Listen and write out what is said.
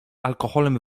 alkoholem